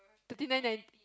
thirty nine nine